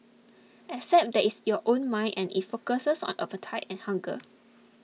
except that it's your own mind and it focuses on appetite and hunger